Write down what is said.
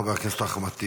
חבר הכנסת אחמד טיבי,